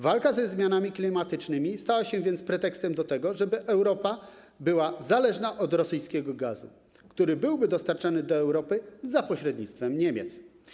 Walka ze zmianami klimatycznymi stała się więc pretekstem do tego, żeby Europa była zależna od rosyjskiego gazu, który byłby dostarczany do Europy za pośrednictwem Niemiec.